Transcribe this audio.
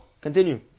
Continue